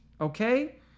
okay